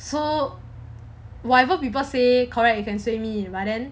so whatever people say correct you can say me but then